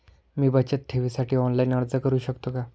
मी बचत ठेवीसाठी ऑनलाइन अर्ज करू शकतो का?